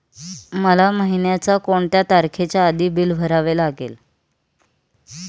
मला महिन्याचा कोणत्या तारखेच्या आधी बिल भरावे लागेल?